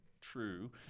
true